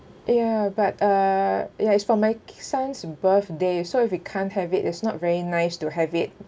ya but uh ya it's for my son's birthday so if we can't have it it's not very nice to have it